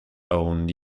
own